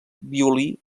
violí